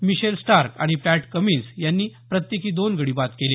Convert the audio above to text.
Michel Starc आणि Pat Cummins यांनी प्रत्येकी दोन गडी बाद केले